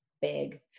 big